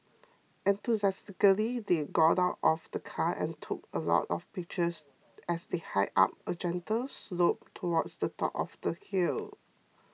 enthusiastically they got out of the car and took a lot of pictures as they hiked up a gentle slope towards the top of the hill